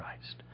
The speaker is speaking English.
Christ